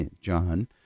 John